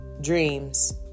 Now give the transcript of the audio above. dreams